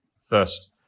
first